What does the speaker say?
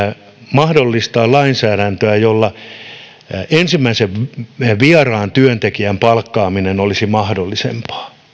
mahdollistamaan lainsäädäntöä jolla ensimmäisen vieraan työntekijän palkkaaminen olisi mahdollisempaa